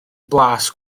blas